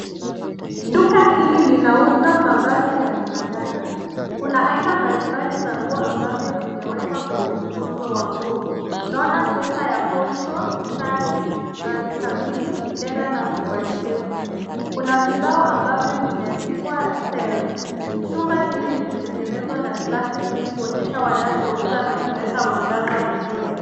Duka hili linauza mavazi ya kina dada, kuna aina mbalimbali za nguo ambavyo vimewekwa kwenye mfunzo wa nguo. Tunaona sweta ya poncho, shati, vazi kamili dera na suruali ndefu. Kuna vibao ambavyo vimeandikwa sale , chumba hili limetengenezwa na glasi ili kuonyesha wanachouza na kuleta mwangaza vizuri.